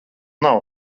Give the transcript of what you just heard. nav